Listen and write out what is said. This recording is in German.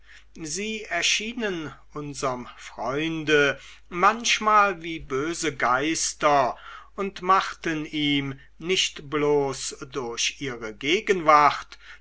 sie erschienen unserm freunde manchmal wie böse geister und machten ihm nicht bloß durch ihre gegenwart